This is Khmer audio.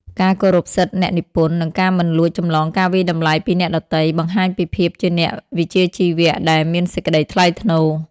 ការគោរពសិទ្ធិអ្នកនិពន្ធ និងការមិនលួចចម្លងការវាយតម្លៃពីអ្នកដទៃ បង្ហាញពីភាពជាអ្នកវិជ្ជាជីវៈដែលមានសេចក្តីថ្លៃថ្នូរ។